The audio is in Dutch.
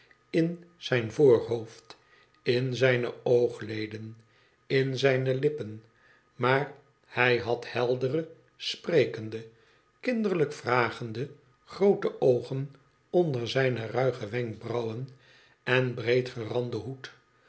in zijn voorhoofd in zijne oogleden in zijne lippen maar hij had heldere sprekende kinderlijk vragende groote oogen onder zijne ruige wenkbrauwen en breedgeranden hoed